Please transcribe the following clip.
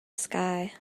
sky